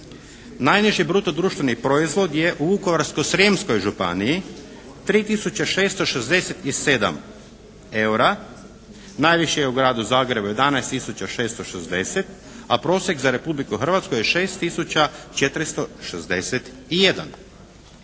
Najniži bruto društveni proizvod je u Vukovarsko-srijemskoj županiji 3367 eura. Najviši je u Gradu Zagrebu 11660, a prosjek za Republiku Hrvatsku je 6461.